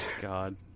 God